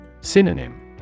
Synonym